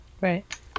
Right